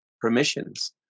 permissions